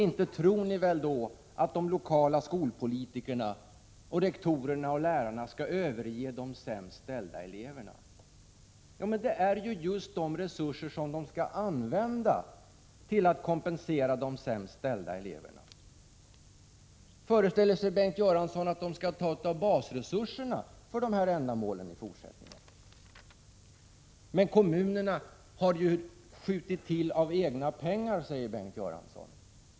Inte tror ni väl att att de lokala skolpolitikerna, rektorerna och lärarna skall överge de sämst ställda eleverna? Men det är ju om just de resurser som skall användas till att kompensera de sämst ställda eleverna det handlar. Föreställer sig Bengt Göransson att man skall ta av basresurserna för dessa ändamål i fortsättningen? Kommunerna har ju skjutit till av egna pengar, säger Bengt Göransson.